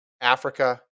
Africa